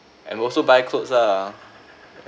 and also buy clothes lah